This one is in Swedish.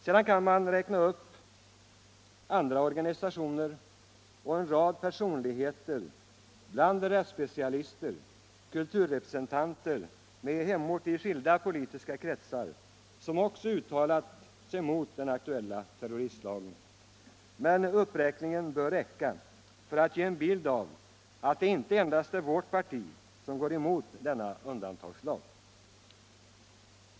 Sedan kan man räkna upp andra organisationer och en rad personligheter bland rättsspecialister, kulturrepresentanter med hemort i skilda politiska kretsar som också uttalat sig mot den aktuella terroristlagen, men den gjorda uppräkningen bör räcka för att ge en bild av att det inte endast är vårt parti som går emot denna undantagslag.